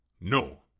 No